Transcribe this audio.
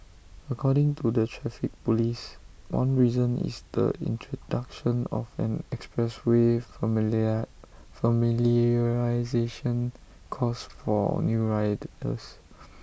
according to the traffic Police one reason is the introduction of an expressway familiar familiarisation course for new riders